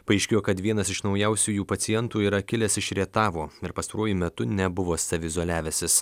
paaiškėjo kad vienas iš naujausiųjų pacientų yra kilęs iš rietavo ir pastaruoju metu nebuvo saviizoliavęsis